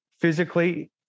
physically